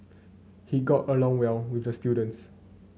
he got along well with the students